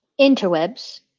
Interwebs